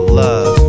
love